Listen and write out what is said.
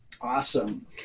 Awesome